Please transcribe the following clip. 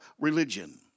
religion